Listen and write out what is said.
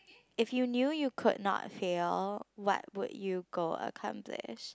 if you knew you could not fail what would you go accomplish